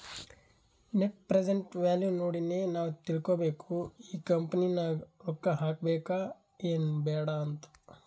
net present value ನೋಡಿನೆ ನಾವ್ ತಿಳ್ಕೋಬೇಕು ಈ ಕಂಪನಿ ನಾಗ್ ರೊಕ್ಕಾ ಹಾಕಬೇಕ ಎನ್ ಬ್ಯಾಡ್ ಅಂತ್